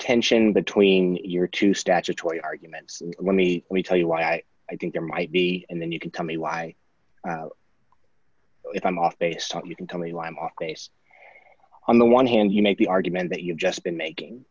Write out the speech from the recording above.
tension between your two statutory arguments and let me tell you why i think there might be and then you can tell me why if i'm off base talk you can tell me why i'm off base on the one hand you make the argument that you've just been making